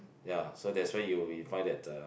ya so that's why you you find that uh